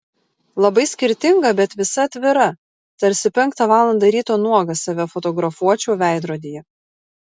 labai skirtinga bet visa atvira tarsi penktą valandą ryto nuogas save fotografuočiau veidrodyje